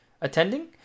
attending